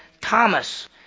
Thomas